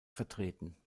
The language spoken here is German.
vertreten